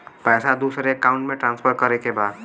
पैसा दूसरे अकाउंट में ट्रांसफर करें के बा?